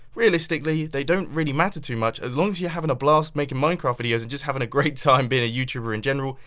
realistically they don't really matter too much as long as you're having a blast making minecraft videos or just having a great time being a youtuber in general,